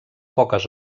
poques